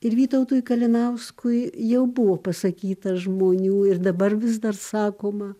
ir vytautui kalinauskui jau buvo pasakyta žmonių ir dabar vis dar sakoma